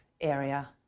area